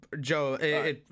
Joe